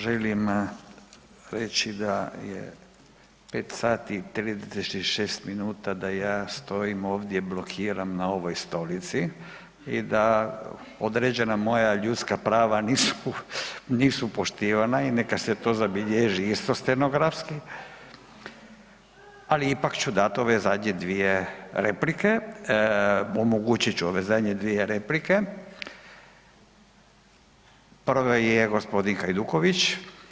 Želim reći da je 5 sati i 36 minuta da ja stojim ovdje blokiram na ovoj stolici i da određena moja ljudska prava nisu poštivana i neka se to zabilježi isto stenografski, ali ipak ću dati ove zadnje dvije replike, omogućit ću ove zadnje dvije replike, prvi je gospodin Hajduković.